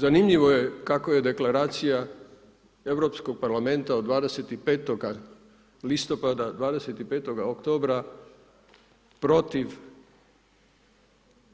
Zanimljivo je kako je Deklaracija Europskog parlamenta od 25. listopada, 25. oktobra protiv